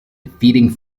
defeating